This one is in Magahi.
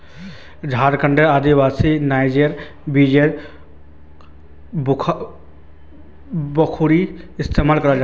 झारखंडेर आदिवासी नाइजर बीजेर बखूबी इस्तमाल कर छेक